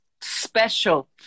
Special